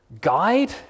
guide